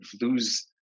lose